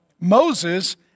Moses